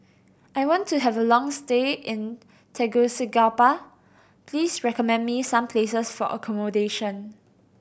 I want to have a long stay in Tegucigalpa please recommend me some places for accommodation